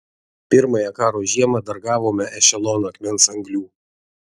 pirmąją karo žiemą dar gavome ešeloną akmens anglių